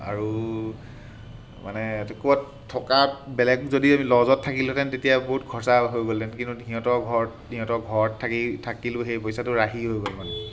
আৰু মানে এইটো ক'ত থকা বেলেগ যদি আমি ল'জত থাকিলোহেঁতেন তেতিয়া বহুত খৰচা হৈ গ'লহেঁতেন কিন্তু সিহঁতৰ ঘৰত সিহঁতৰ ঘৰত থাকি থাকিলোঁ সেই পইচাটো ৰাহি হৈ গ'ল মানে